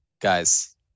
guys